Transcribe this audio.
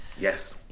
Yes